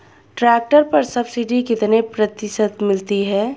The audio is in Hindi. ट्रैक्टर पर सब्सिडी कितने प्रतिशत मिलती है?